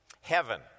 Heaven